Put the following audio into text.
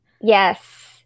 yes